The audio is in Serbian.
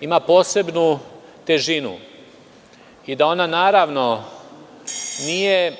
ima posebnu težinu i da ona, naravno, nije